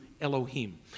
Elohim